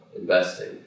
investing